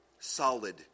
solid